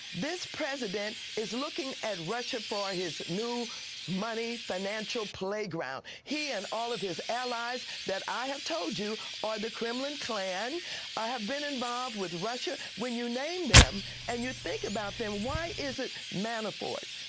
this president is looking at russia for his new money financial playground. he and all of his allies that i have told you are the kremlin klan have been involved with russia. when you name them, and you think about them, why is it manafort,